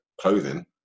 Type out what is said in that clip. clothing